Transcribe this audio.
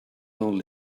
only